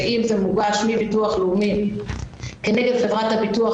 ום זה מוגש מביטוח לאומי כנגד חברת הביטוח,